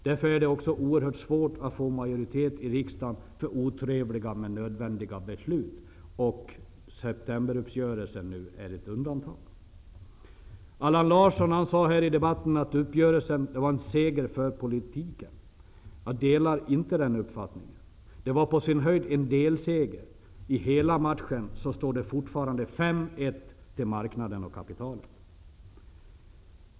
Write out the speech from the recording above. Det är därför oerhört svårt att få majoritet i riksdagen för otrevliga men nödvändiga beslut. Septemberuppgörelsen är i detta fall ett undantag. Allan Larsson sade här i debatten att uppgörelsen var en seger för politiken. Jag delar inte den uppfattningen. Det var på sin höjd en delseger -- i hela matchen står det fortfarande 5--1 till marknaden och kapitalet.